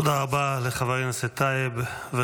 תודה רבה לחבר הכנסת טייב.